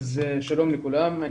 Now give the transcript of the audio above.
שלום לכולם.